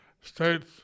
states